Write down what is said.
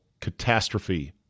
catastrophe